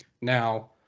Now